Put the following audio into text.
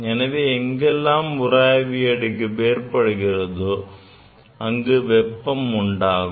எனவே எங்கெல்லாம் உராய்வு ஏற்படுகிறதோ அங்கு வெப்பம் உண்டாகும்